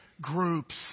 groups